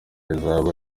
rizaba